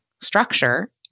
structure